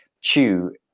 chew